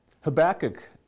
Habakkuk